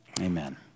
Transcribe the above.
amen